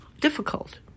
difficult